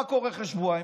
מה קורה אחרי שבועיים?